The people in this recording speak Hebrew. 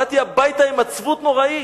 באתי הביתה עם עצבות נוראית.